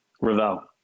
Ravel